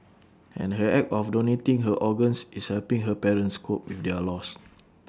and her act of donating her organs is helping her parents cope with their loss